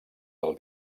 del